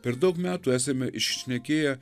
per daug metų esame iššnekėję